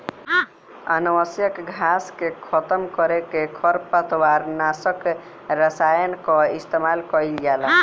अनावश्यक घास के खतम करे में खरपतवार नाशक रसायन कअ इस्तेमाल कइल जाला